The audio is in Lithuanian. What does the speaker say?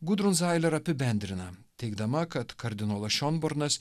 gudrun sailer apibendrina teigdama kad kardinolas šionbornas